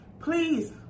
please